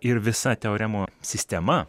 ir visa teoremų sistema